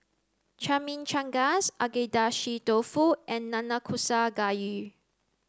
Chimichangas Agedashi dofu and Nanakusa gayu